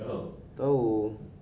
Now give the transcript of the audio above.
tahu